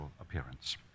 appearance